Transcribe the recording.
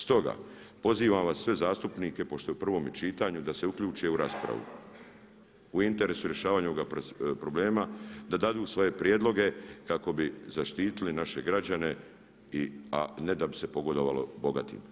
Stoga, pozivam vas sve zastupnike, pošto je u prvome čitanju da se uključe u raspravu u interesu rješavanja ovoga problema, da daju svoje prijedloge kako bi zaštitili naše građane a ne da bi se pogodovalo bogatima.